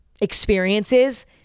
experiences